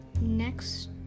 next